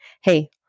Hey